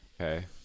Okay